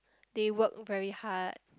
they work very hard